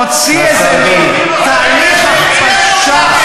מוציא איזה תהליך הכפשה,